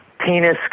penis